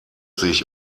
sich